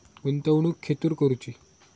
गुंतवणुक खेतुर करूची?